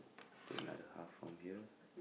take another half from here